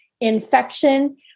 infection